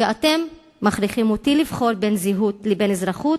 ואתם מכריחים אותי לבחור בין זהות לבין אזרחות,